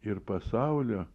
ir pasaulio